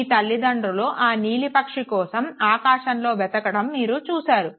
మీ తల్లితండ్రులు ఆ నీలి పక్షి కోసం ఆకాశంలో వెతకడం మీరు చూశారు